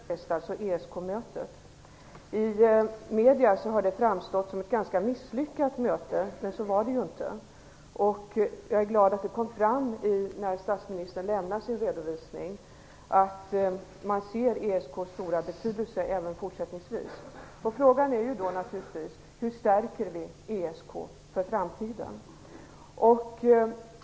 Fru talman! Jag skulle vilja kommentera den första delen i statsministerns redogörelse, den som handlade om ESK-mötet i Budapest. I medierna har det framstått som ett ganska misslyckat möte, men så var det ju inte. Jag är glad att det kom fram i statsministerns redovisning att man ser ESK:s stora betydelse även fortsättningsvis. Frågan är naturligtvis: Hur stärker vi ESK för framtiden?